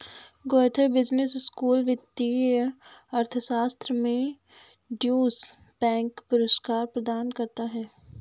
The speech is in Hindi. गोएथे बिजनेस स्कूल वित्तीय अर्थशास्त्र में ड्यूश बैंक पुरस्कार प्रदान करता है